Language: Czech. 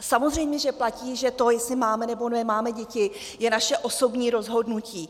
Samozřejmě, že platí, že to, jestli máme nebo nemáme děti, je naše osobní rozhodnutí.